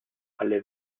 alle